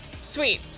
Sweet